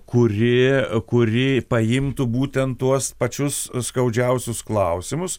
kuri kuri paimtų būtent tuos pačius skaudžiausius klausimus